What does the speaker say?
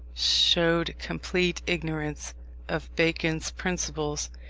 showed complete ignorance of bacon's principles,